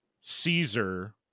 Caesar